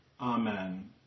Amen